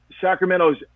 Sacramento's